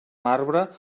marbre